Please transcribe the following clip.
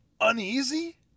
uneasy